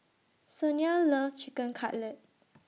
Sonia loves Chicken Cutlet